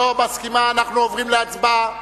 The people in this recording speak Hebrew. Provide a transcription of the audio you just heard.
לא מסכימה, אנחנו להצבעה.